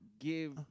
give